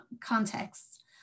contexts